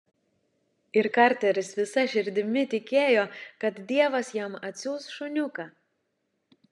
ir karteris visa širdimi tikėjo kad dievas jam atsiųs šuniuką